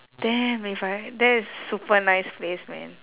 damn if I there is super nice place man